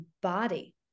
body